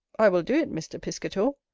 i will do it, mr. piscator,